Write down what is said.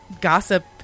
gossip